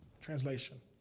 translation